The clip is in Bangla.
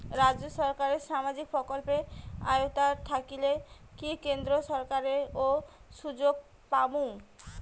রাজ্য সরকারের সামাজিক প্রকল্পের আওতায় থাকিলে কি কেন্দ্র সরকারের ওই সুযোগ পামু?